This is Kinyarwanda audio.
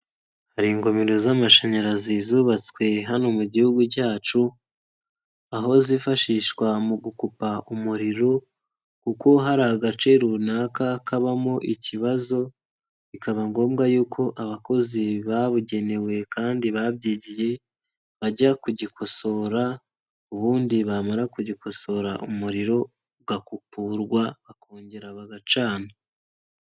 Hari ingomero z'amashanyarazi zubatswe hano mu gihugu cyacu, aho zifashishwa mu gukupa umuriro kuko hari agace runaka kabamo ikibazo, bikaba ngombwa y'uko abakozi babugenewe kandi babyigiye, bajya kugikosora ubundi bamara kugikosora umuriro ugakupurwa bakongera bagacana.